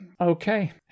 Okay